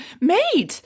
mate